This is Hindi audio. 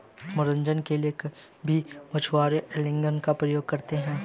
मनोरंजन के लिए भी मछुआरे एंगलिंग का प्रयोग करते हैं